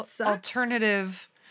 alternative